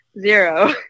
zero